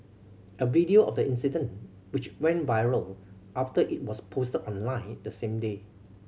a video of the incident which went viral after it was posted online the same day